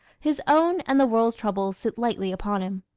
his own and the world's troubles sit lightly upon him.